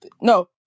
No